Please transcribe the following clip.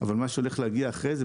ומה שהולך להגיע אחרי זה,